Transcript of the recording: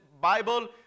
Bible